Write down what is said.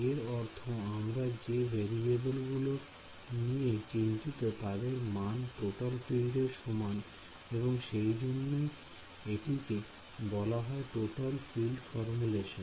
এর অর্থ আমরা যে ভেরিয়েবল গুলো নিয়ে চিন্তিত তাদের মান টোটাল ফিল্ডের সমান এবং সেই জন্যই এটিকে বলা হয় টোটাল ফিল্ড ফর্মুলেশন